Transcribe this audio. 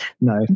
No